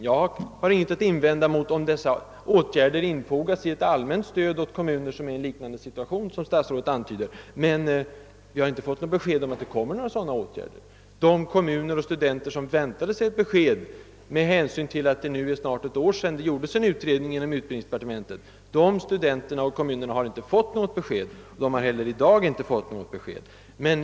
Jag har ingenting att invända om dessa åtgärder infogas i ett allmänt stöd åt kommuner i en liknande situation, vilket statsrådet antyder, men vi har inte fått någon uppgift om att några sådana åtgärder skulle vidtas. De kommuner och studenter som väntar sig ett besked med hänsyn till att det nu snart är ett år sedan det gjordes en utredning inom utbildningsdepartementet har inte fått något, inte heller i dag.